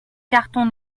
cartons